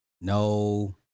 no